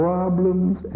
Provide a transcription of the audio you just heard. Problems